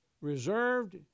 reserved